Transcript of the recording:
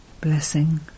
Blessing